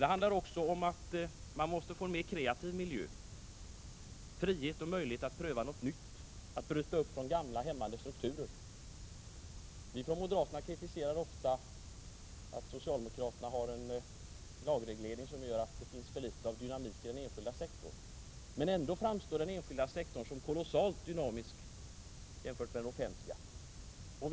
Det handlar emellertid även om att man skall skapa en mer kreativ miljö och att människorna får frihet och möjlighet att pröva något nytt och att bryta upp från gamla hämmande strukturer. Vi moderater kritiserar ofta att socialdemokraterna har en lagreglering, som gör att det finns för litet av dynamik i den enskilda sektorn. Ändå framstår den enskilda sektorn såsom kolossalt dynamisk jämförd med den offentliga.